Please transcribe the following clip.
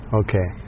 okay